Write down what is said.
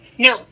No